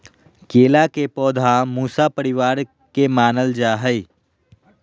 केला के पौधा मूसा परिवार के मानल जा हई